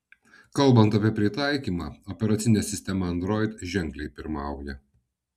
kalbant apie pritaikymą operacinė sistema android ženkliai pirmauja